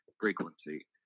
frequency